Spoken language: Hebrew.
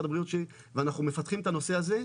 הבריאות ואנחנו מפתחים את הנושא הזה.